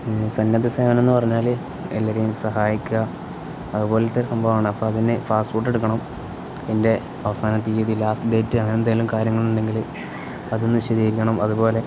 സന്നദ്ധ സേവനമെന്നു പറഞ്ഞാല് എല്ലാവരെയും സഹായിക്കുക അതുപോലത്തെ സംഭവമാണ് അപ്പോള് അതിന് ഫാസ്റ്റ് ഫുഡ് എടുക്കണം അതിൻ്റെ അവസാനതീയതി ലാസ്റ്റ് ഡേറ്റ് അങ്ങനെ എന്തേലും കാര്യങ്ങളുണ്ടെങ്കില് അതൊന്നു വിശദീകരിക്കണം അതുപോലെ